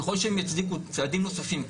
ככל שהם יצדיקו צעדים נוספים,